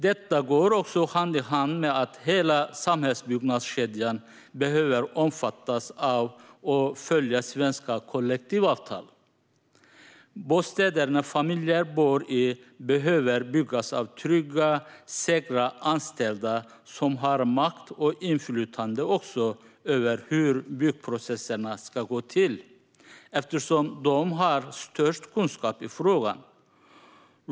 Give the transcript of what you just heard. Detta går hand i hand med att hela samhällbyggnadskedjan behöver omfattas av och följa svenska kollektivavtal. De bostäder som familjer bor i behöver byggas av trygga, säkra anställda som har makt och inflytande också över hur byggprocesserna ska gå till, eftersom de har störst kunskap i frågan.